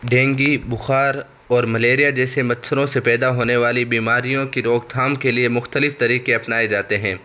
dengue بخار اور malaria جیسے مچھروں سے پیدا ہونے والی بیماریوں کی روک تھام کے لیے مختلف طریقے اپنائے جاتے ہیں